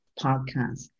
podcast